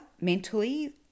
mentally